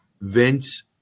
Vince